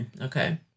Okay